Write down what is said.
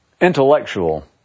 intellectual